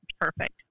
perfect